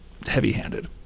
heavy-handed